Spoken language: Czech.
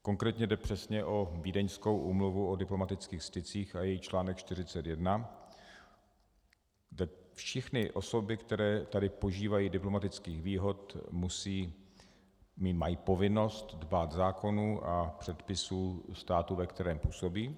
Konkrétně jde přesně o Vídeňskou úmluvu o diplomatických stycích a její článek 41, kde všechny osoby, které tady požívají diplomatických výhod, mají povinnost dbát zákonů a předpisů státu, ve kterém působí.